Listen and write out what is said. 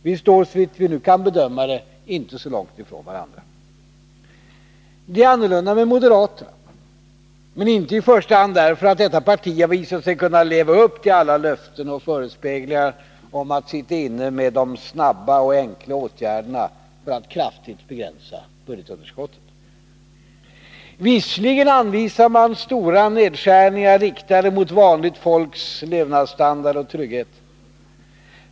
Vi står, såvitt vi nu kan bedöma det, inte så långt ifrån varandra. Det är annorlunda med moderaterna, men inte i första hand därför att detta parti har visat sig kunna leva upp till alla löften och förespeglingar om att sitta inne med de snabba och enkla åtgärderna för att kraftigt begränsa budgetunderskottet. Visserligen anvisar man stora nedskärningar, riktade mot vanligt folks levnadsstandard och trygghet.